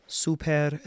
super